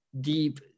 deep